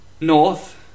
North